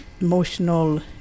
emotional